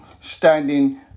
standing